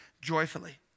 joyfully